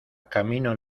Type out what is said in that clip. camino